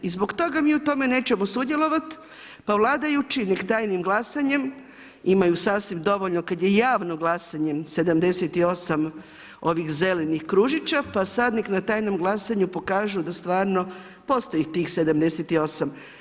I zbog toga mi u tome nećemo sudjelovati, pa vladajući nek' tajnim glasanjem imaju sasvim dovoljno kad je javno glasanje 78 zelenih kružića, pa sad nek' na tajnom glasanju pokažu da stvarno postoji tih 78.